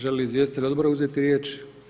Želi li izvjestitelj odbora uzeti riječ?